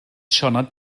sioned